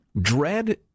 Dread